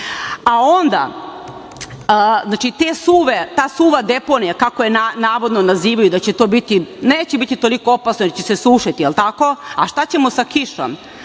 a onda znači ta suva deponija kako je navodno nazivaju da će to biti, neće biti toliko opasno jer će sušiti, jel tako, ali šta ćemo sa kišom?